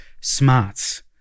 smarts